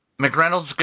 McReynolds